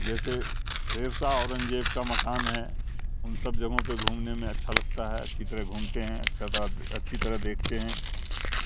جیسے شیرشاہ اورنگ زیب کا مکان ہے ان سب جگہوں پہ گھومنے میں اچھا لگتا ہے اچھی طرح گھومتے ہیں اچھا اچھی طرح دیکھتے ہیں